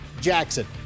Jackson